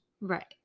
right